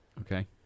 okay